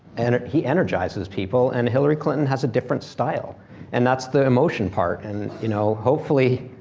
and he energizes people and hillary clinton has a different style and that's the emotion part. and you know hopefully,